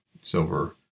silver